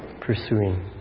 pursuing